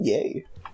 Yay